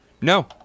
No